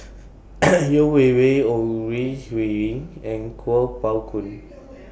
Yeo Wei Wei Ore Huiying and Kuo Pao Kun